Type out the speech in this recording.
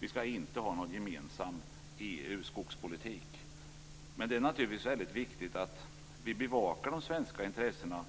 Vi skall inte ha någon gemensam skogspolitik med EU. Men det är naturligtvis viktigt att vi bevakar de svenska intressena